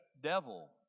devil